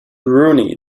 rooney